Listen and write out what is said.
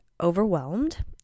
overwhelmed